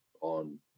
on